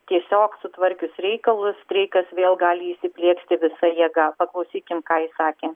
tiesiog sutvarkius reikalus streikas vėl gali įsiplieksti visa jėga paklausykim ką ji sakė